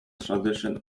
tradition